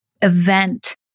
event